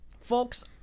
folks